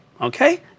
okay